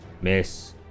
Miss